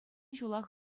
ҫулах